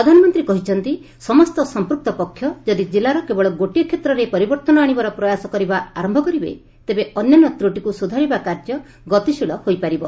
ପ୍ରଧାନମନ୍ତ୍ରୀ କହିଛନ୍ତି ସମସ୍ତ ସମ୍ପୂକ୍ତ ପକ୍ଷ ଯଦି ଜିଲ୍ଲାର କେବଳ ଗୋଟିଏ କ୍ଷେତ୍ରରେ ପରିବର୍ଭନ ଆଣିବାର ପ୍ରୟାସ କରିବା ଆରମ୍ଭ କରିବେ ତେବେ ଅନ୍ୟାନ୍ୟ ତ୍ରୁଟିକୁ ସୁଧାରିବା କାର୍ଯ୍ୟ ଗତିଶୀଳ ହୋଇପାରିବ